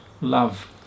love